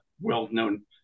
well-known